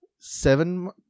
seven